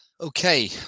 Okay